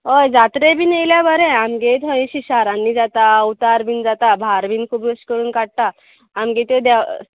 हय जात्रे बी येयल्या बरें आमगेले थंय शिशा रान्नी जाता अवतार बीन जाता भार बी अशें कोरून काडटा आमगे तें देवा